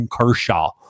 Kershaw